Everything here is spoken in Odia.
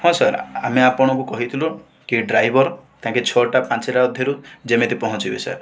ହଁ ସାର୍ ଆମେ ଆପଣଙ୍କୁ କହିଥିଲୁ କି ଡ୍ରାଇଭର ତାଙ୍କେ ଛଅଟା ପାଞ୍ଚଟା ଅଧେ ରୁ ଯେମିତି ପହଞ୍ଚିବେ ସାର୍